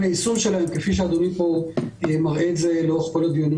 היישום שלהן כפי שאדוני פה מראה את זה לאורך כל הדיונים.